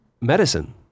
medicine